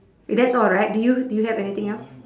that's alright do you do you have anything else